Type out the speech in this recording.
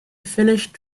finished